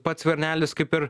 pats skvernelis kaip ir